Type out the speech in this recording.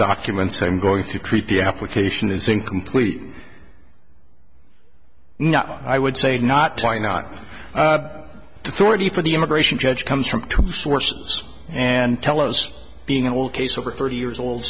documents i'm going to treat the application is incomplete no i would say not try not to thirty for the immigration judge comes from two sources and tell us being a will case over thirty years old